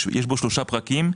יש בו שלושה פרקים,